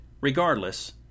Regardless